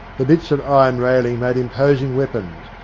the bits of iron railing made imposing weapons,